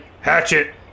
hatchet